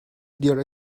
there